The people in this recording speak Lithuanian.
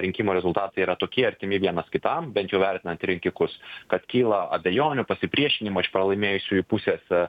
rinkimų rezultatai yra tokie artimi vienas kitam bent jau vertinant rinkikus kad kyla abejonių pasipriešinimo iš pralaimėjusiųjų pusės